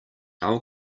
our